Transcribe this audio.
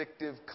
addictive